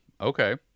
okay